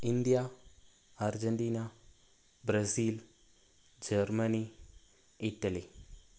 India Argentina Brazil Germany Italy